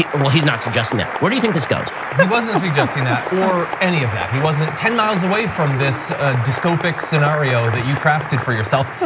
well he's not suggesting that. where do you think this goes? yeah, he wasn't suggesting that, or any of that. he wasn't, ten miles away from this dystopic scenario that you crafted for yourself.